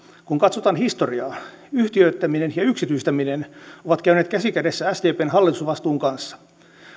kun katsotaan historiaa yhtiöittäminen ja yksityistäminen ovat käyneet käsi kädessä sdpn hallitusvastuun kanssa